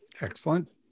Excellent